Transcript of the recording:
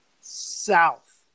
South